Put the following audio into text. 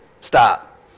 stop